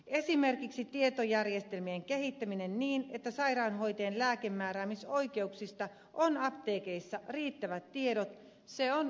esimerkiksi tietojärjestelmien kehittäminen niin että sairaanhoitajien lääkkeenmääräämisoikeuksista on apteekeissa riittävät tiedot on välttämätöntä